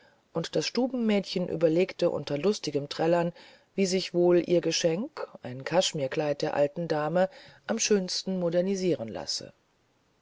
und das stubenmädchen überlegte unter lustigem trällern wie sich wohl ihr geschenk ein kaschmirkleid der alten dame am schönsten modernisieren lasse